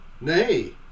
Nay